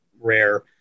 rare